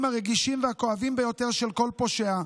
הרגישים והכואבים ביותר של כל פושע,